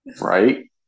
Right